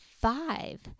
five